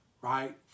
right